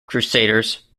crusaders